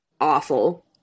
awful